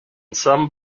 some